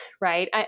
right